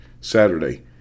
Saturday